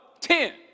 Ten